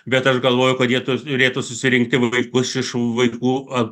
bet aš galvoju kad jie turėtų susirinkti vaikus iš vaikų ar